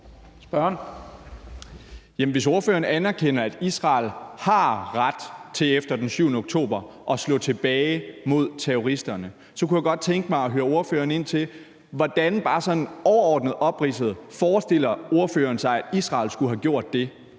hvis ordføreren anerkender, at Israel har ret til efter den 7. oktober at slå tilbage mod terroristerne, kunne jeg godt tænke mig at høre ordføreren, hvordan ordføreren forestiller sig, bare sådan overordnet opridset, at Israel skulle have gjort det.